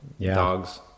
dogs